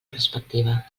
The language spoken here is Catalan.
perspectiva